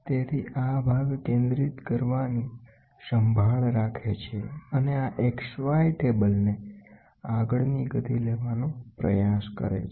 તેથીઆ ભાગ કેન્દ્રિત કરવાની સંભાળ રાખે છે અને આ XY table ને આગળની ગતી લેવાનો પ્રયાસ કરે છે